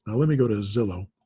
and let me go to zillow,